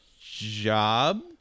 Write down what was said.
job